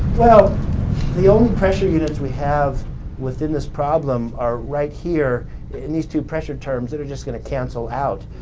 well the only pressure units we have within this problem are right here in these two pressure terms that are just going to cancel out.